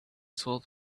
saw